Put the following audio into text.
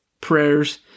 prayers